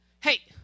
Hey